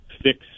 fix